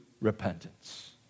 repentance